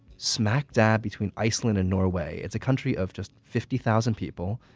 smack dab between iceland and norway, it's a country of just fifty thousand people,